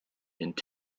into